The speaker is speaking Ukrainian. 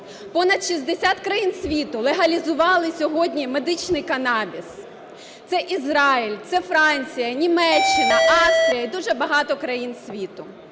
Понад 60 країн світу легалізували сьогодні медичний канабіс: це Ізраїль, це Франція, Німеччина, Австрія і дуже багато країн світу.